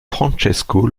francesco